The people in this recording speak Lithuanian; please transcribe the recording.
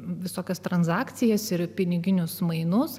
visokias transakcijas ir piniginius mainus